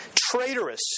traitorous